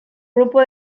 grupo